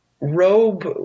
robe